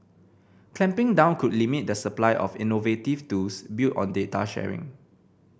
clamping down could limit the supply of innovative tools built on data sharing